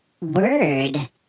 word